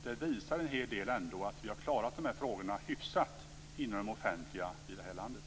Det visar att vi har klarat dessa frågor hyfsat inom det offentliga här i landet.